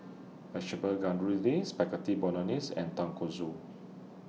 Vegetable Spaghetti Bolognese and Tonkatsu